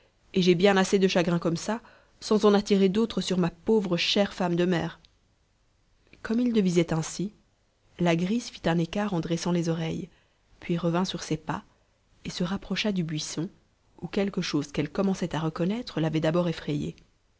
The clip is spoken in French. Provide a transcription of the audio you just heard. et j'ai bien assez de chagrins comme ça sans en attirer d'autres sur ma pauvre chère femme de mère comme ils devisaient ainsi la grise fit un écart en dressant les oreilles puis revint sur ses pas et se rapprocha du buisson où quelque chose qu'elle commençait à reconnaître l'avait d'abord effrayée